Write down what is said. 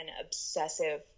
obsessive